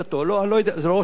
זה לא ראש מהממשלה אישית,